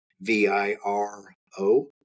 V-I-R-O